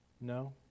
No